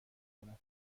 کنم